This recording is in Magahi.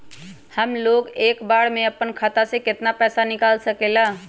हमलोग एक बार में अपना खाता से केतना पैसा निकाल सकेला?